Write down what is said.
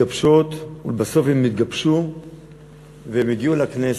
שמתגבשות, ובסוף הן נתגבשו והגיעו לכנסת.